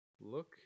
Look